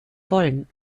wollen